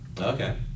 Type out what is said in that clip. Okay